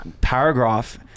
paragraph